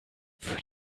für